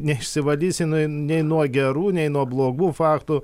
neišsivalys jinai nei nuo gerų nei nuo blogų faktų